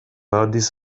addis